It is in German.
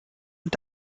und